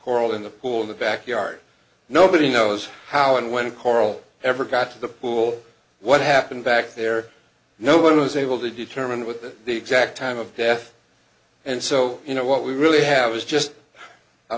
coral in the pool in the backyard nobody knows how and when coral ever got to the pool what happened back there no one was able to determine with the exact time of death and so you know what we really have is just a